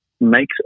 makes